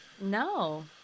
No